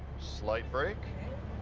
slight brake.